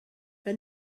for